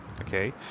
Okay